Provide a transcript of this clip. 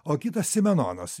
o kitas simenonas